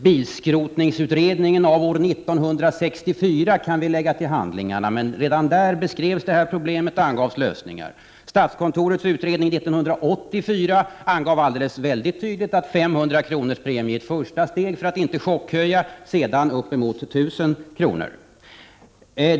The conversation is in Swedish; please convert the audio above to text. Bilskrotningsutredningen av år 1964 kan vi lägga till handlingarna, men redan där beskrevs det här problemet, och det angavs lösningar. Statskontorets utredning 1984 angav väldigt tydligt att en höjning av premien till 500 kr. är ett första steg för att inte chockhöja, men att premien sedan skulle höjas upp emot 1 000 kr.